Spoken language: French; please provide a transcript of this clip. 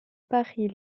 paris